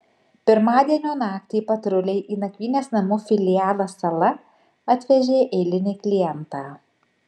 pirmadienio naktį patruliai į nakvynės namų filialą sala atvežė eilinį klientą